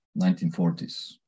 1940s